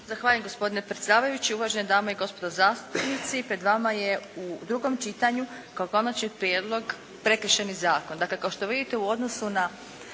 Zahvaljujem gospodine predsjedavajući, uvažene dame i gospodo zastupnici. Pred vama je u drugom čitanju kao Konačni prijedlog Prekršajni zakon. Dakle, kao što vidite u odnosu na